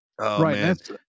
Right